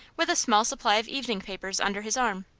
with a small supply of evening papers under his arm.